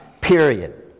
Period